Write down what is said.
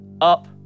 up